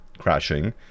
crashing